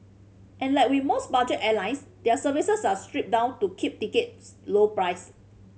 and like with most budget airlines their services are stripped down to keep tickets low price